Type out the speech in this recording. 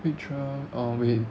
week twelve oh wait